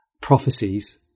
prophecies